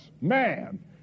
man